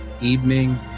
evening